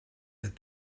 that